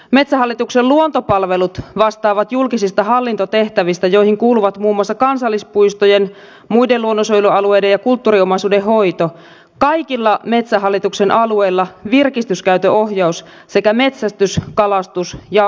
metsähallituksen luontopalvelut vastaavat julkisista hallintotehtävistä joihin kuuluvat muun muassa kansallispuistojen muiden luonnonsuojelualueiden ja kulttuuriomaisuuden hoito kaikilla metsähallituksen alueilla virkistyskäytön ohjaus sekä metsästys kalastus ja maastoliikenneasiat